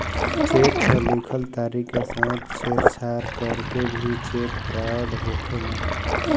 check पर लिखल तारीख के साथ छेड़छाड़ करके भी चेक फ्रॉड होखेला